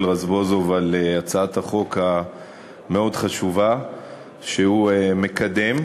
רזבוזוב על הצעת החוק המאוד-חשובה שהוא מקדם.